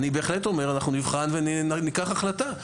ואני בהחלט אומר: אנחנו נבחן וניקח החלטה.